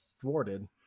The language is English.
thwarted